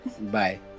Bye